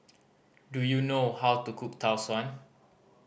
do you know how to cook Tau Suan